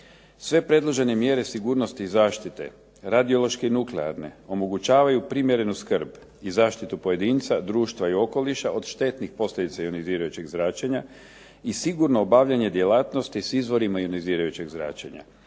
Sve predložene mjere sigurnosti i zaštite, radiološke i nuklearne, omogućavaju primjerenu skrb i zaštitu pojedinca, društva i okoliša od štetnih posljedica ionizirajućeg zračenja i sigurno obavljanje djelatnosti s izvorima ionizirajućeg zračenja,